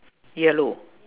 yellow